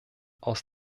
aus